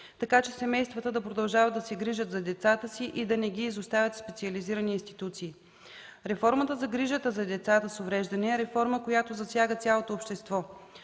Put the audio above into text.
така че семействата да продължават да се грижат за децата си и да не ги изоставят в специализирани институции. Реформата за грижата за деца с увреждания е реформа, която засяга цялото общество.